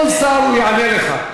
כל שר, יענה לך.